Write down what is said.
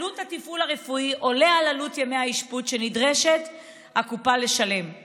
עלות התפעול הרפואי עולה על עלות ימי האשפוז שנדרשת הקופה לשלם,